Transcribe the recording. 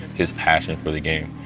his passion for the game.